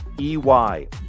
EY